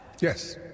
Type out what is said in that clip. Yes